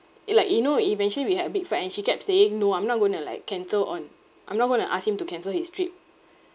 it like you know eventually we had a big fight and she kept saying no I'm not going to like cancel on I'm not going to ask him to cancel his strip